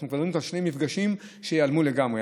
אנחנו מדברים על שני מפגשים שייעלמו לגמרי.